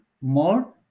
more